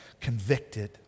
convicted